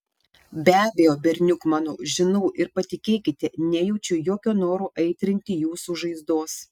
be abejo berniuk mano žinau ir patikėkite nejaučiu jokio noro aitrinti jūsų žaizdos